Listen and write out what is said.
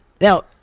now